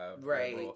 Right